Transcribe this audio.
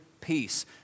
peace